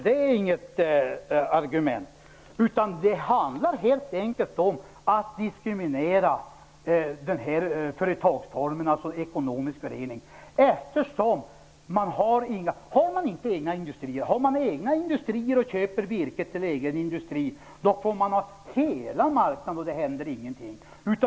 Det är inget argument. Det handlar helt enkelt om att diskriminera företagsformen ekonomisk förening. Har man egna industrier och köper virke till den egna industrin får man ha hela marknaden, och det händer ingenting.